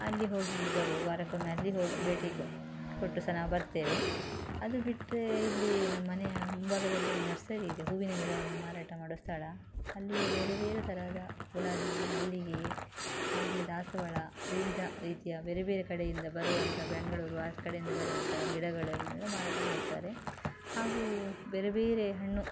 ಅಲ್ಲಿ ಹೋಗಿ ಬರು ವಾರಕ್ಕೊಮ್ಮೆ ಅಲ್ಲಿ ಹೋಗಿ ಭೇಟಿ ಕೊಟ್ಟು ಸಹ ನಾವು ಬರ್ತೇವೆ ಅದು ಬಿಟ್ಟರೆ ಇಲ್ಲಿ ನಮ್ಮನೆಯ ಮುಂಭಾಗದಲ್ಲಿ ಒಂದು ನರ್ಸರಿ ಇದೆ ಹೂವಿನ ಗಿಡವನ್ನು ಮಾರಾಟ ಮಾಡುವ ಸ್ಥಳ ಅಲ್ಲಿಯೂ ಬೇರೆ ಬೇರೆ ತರಹದ ಗುಲಾಬಿ ಮಲ್ಲಿಗೆ ಹಾಗೆ ದಾಸವಾಳ ವಿವಿಧ ರೀತಿಯ ಬೇರೆ ಬೇರೆ ಕಡೆಯಿಂದ ಬರುವಂಥ ಬೆಂಗಳೂರು ಆ ಕಡೆಯಿಂದ ಬರುವಂಥ ಗಿಡಗಳನ್ನೆಲ್ಲ ಮಾರಾಟ ಮಾಡ್ತಾರೆ ಹಾಗೂ ಬೇರೆ ಬೇರೆ ಹಣ್ಣು